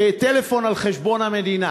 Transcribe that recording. טלפון על חשבון המדינה,